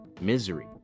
misery